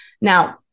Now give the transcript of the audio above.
Now